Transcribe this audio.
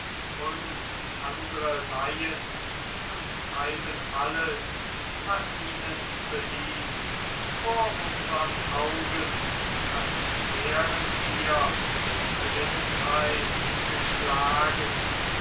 uns andre laien und treiben alles was ihnen beliebt vor unsern augen als wären wir mit blindheit geschlagen